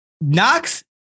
Knox